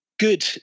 Good